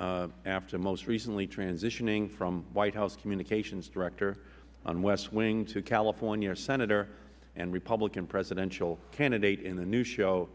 us after most recently transitioning from white house communications director on west wing to california senator and republican presidential candidate in the new show